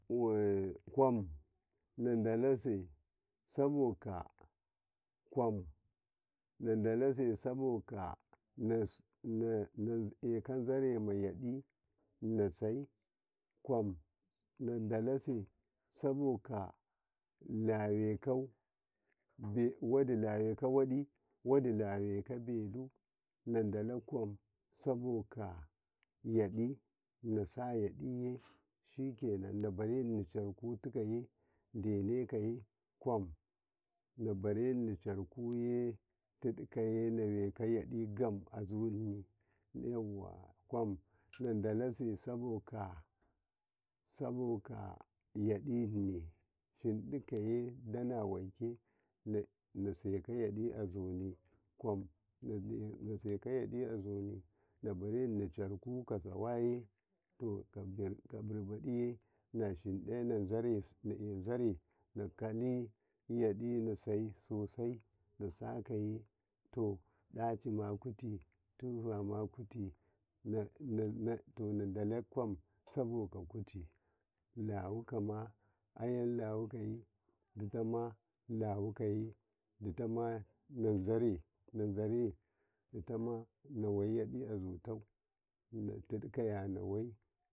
﻿a kwam nadalase saboka kwam dalase saboka nane kazaremadi nasai kwam nadalase saboka lawekau waɗi waɗi lawekau belu nadalo kwam sabodaka yaɗi nasa yadi ye shiken nabareni caraku tukaye denekaye kwam nabara ni carakuye tikaye nayekayaɗa azuni yawa kwam naddase saboka saboka yaɗini hinɗikaye danaweke na naseka yadi a zuni yawa kwam nadalese saboka saboka yadini hidakaye danaweke na naseka yaɗi azuni kwam naseka yada`azuni nabarani caraku ka sawaye to kabiba diye nahinɗi na'azare na`azare nakali yaɗi nasai sosai na sakaya to ɗachima kuti tufama kuti nanna to nadala kwam saboka kuti lawukama ayelawukai ɗitama ditama lawukai ditama ditama lawukai ditama izare ditama naweyaɗi azuta natikaya naye.